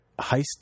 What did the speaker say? heist